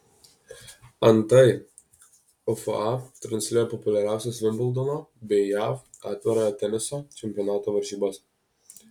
antai ufa transliuoja populiariausias vimbldono bei jav atvirojo teniso čempionato varžybas